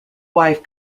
wife